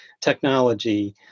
technology